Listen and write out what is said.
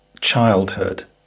childhood